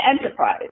enterprise